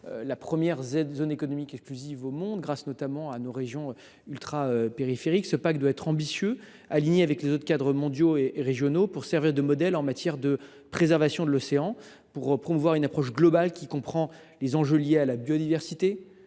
la première zone économique exclusive au monde, grâce notamment à ses régions ultrapériphériques. Ce pacte doit être ambitieux, aligné avec les autres cadres mondiaux et régionaux. Il doit servir de modèle en matière de préservation de l’océan, pour promouvoir une approche globale, comprenant les enjeux liés à la biodiversité,